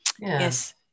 Yes